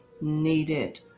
needed